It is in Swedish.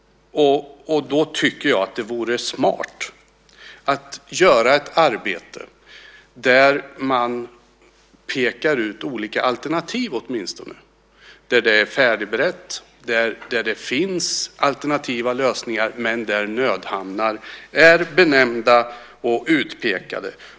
Då tycker jag att det vore smart att göra ett arbete där man åtminstone pekar ut olika alternativ - där det är färdigberett och där det finns alternativa lösningar men där nödhamnar är benämnda och utpekade.